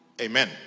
Amen